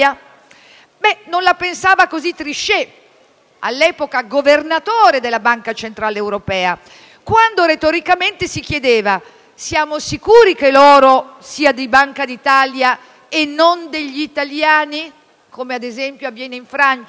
Non la pensava così Trichet, all'epoca governatore della Banca centrale europea quando retoricamente si chiedeva: «Siamo sicuri che l'oro sia della Banca d'Italia e non del popolo italiano?»